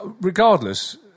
Regardless